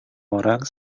orang